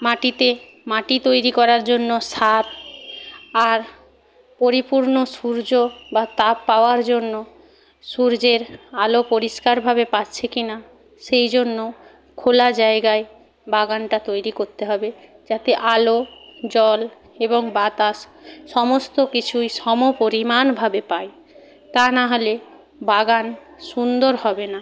মাটিতে মাটি তৈরি করার জন্য সার আর পরিপূর্ণ সূর্য বা তাপ পাওয়ার জন্য সূর্যের আলো পরিষ্কারভাবে পাচ্ছে কি না সেই জন্য খোলা জায়গায় বাগানটা তৈরি করতে হবে যাতে আলো জল এবং বাতাস সমস্ত কিছুই সমপরিমাণভাবে পায় তা না হলে বাগান সুন্দর হবে না